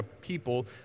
people